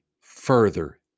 further